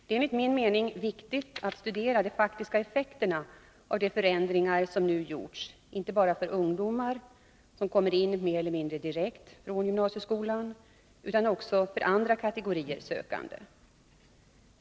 Det är enligt min mening viktigt att studera de faktiska effekterna av de förändringar som nu gjorts inte bara för ungdomar som kommer mer eller mindre direkt från gymnasieskolan utan också för andra kategorier sökande.